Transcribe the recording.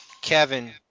Kevin